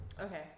Okay